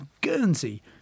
Guernsey